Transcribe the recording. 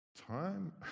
Time